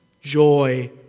joy